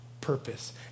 purpose